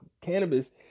cannabis